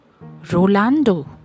Rolando